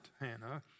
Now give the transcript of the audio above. Hannah